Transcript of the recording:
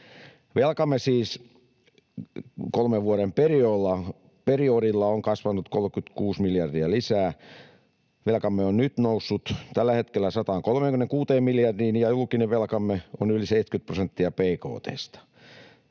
Velkamme kolmen vuoden periodilla on siis kasvanut 36 miljardia lisää. Velkamme on nyt noussut tällä hetkellä 136 miljardiin, ja julkinen velkamme on yli 70 prosenttia bkt:stä.